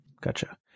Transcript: Gotcha